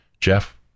Jeff